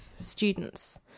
students